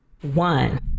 One